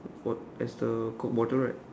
what as the coke bottle right